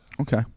Okay